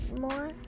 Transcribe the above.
more